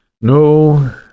No